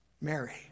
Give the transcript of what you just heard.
Mary